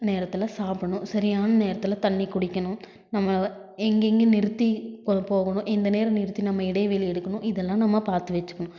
நேரத்தில் சாப்புடன்னு சரியான நேரத்தில் தண்ணி குடிக்கணும் நம்ம இங்கே இங்கே நிறுத்தி போ போகணும் இந்த நேரம் நிறுத்தி நம்ம இடைவெளி எடுக்கணும் இதலாம் நம்ம பார்த்து வச்சுக்கணும்